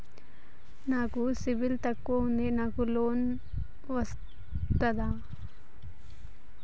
నాకు సిబిల్ తక్కువ ఉంది నాకు లోన్ వస్తుందా?